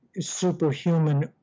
superhuman